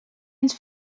ens